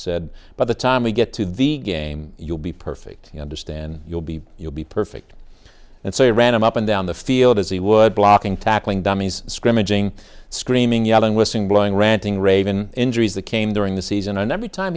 said by the time we get to the game you'll be perfect you understand you'll be you'll be perfect and so you ran him up and down the field as he would blocking tackling dummies scrimmaging screaming yelling whistling blowing ranting raving injuries that came during the season and every time